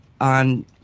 on